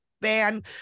ban